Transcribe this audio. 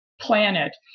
planet